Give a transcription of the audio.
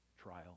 trial